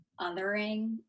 othering